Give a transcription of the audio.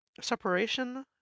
separation